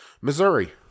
Missouri